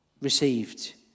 received